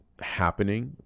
happening